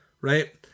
right